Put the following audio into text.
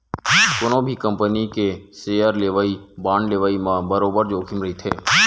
कोनो भी कंपनी के सेयर लेवई, बांड लेवई म बरोबर जोखिम रहिथे